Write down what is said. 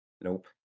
Nope